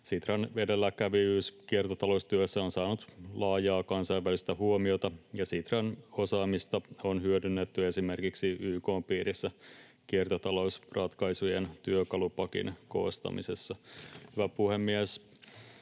Sitran edelläkävijyys kiertotaloustyössä on saanut laajaa kansainvälistä huomiota, ja Sitran osaamista on hyödynnetty esimerkiksi YK:n piirissä kiertotalousratkaisujen työkalupakin koostamisessa. Hyvä puhemies!